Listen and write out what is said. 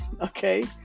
Okay